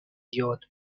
یاد